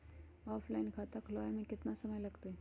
Offline खाता खुलबाबे में केतना समय लगतई?